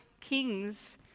kings